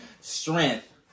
strength